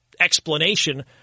explanation